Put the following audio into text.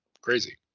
crazy